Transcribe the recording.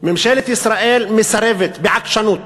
ממשלת ישראל מסרבת בעקשנות